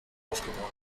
aufgebaut